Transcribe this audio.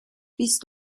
بیست